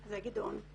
אחי גדעון,